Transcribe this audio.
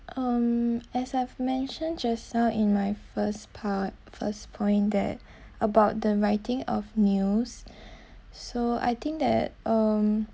um as I've mentioned just now in my first part first point that about the writing of news so I think that um